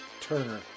Turner